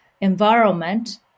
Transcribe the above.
environment